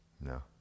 no